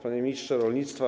Panie Ministrze Rolnictwa!